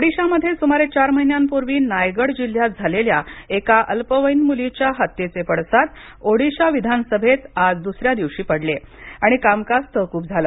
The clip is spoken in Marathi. ओडिशा ओडिशामध्ये सुमारे चार महिन्यांपूर्वी नायगड जिल्ह्यात झालेल्या एका अल्पवयीन मुलीच्या हत्येचे पडसाद ओडिशा विधान सभेत आज दुसऱ्या दिवशी पडले आणि कामकाज तहकूब झालं